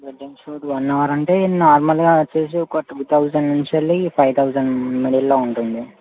wedding shoot one hour అంటే నార్మల్గా వచ్చేసి ఒక టూ థౌజండ్ నుంచెళ్లి ఫైవ్ థౌజండ్ మిడిల్లో ఉంటుంది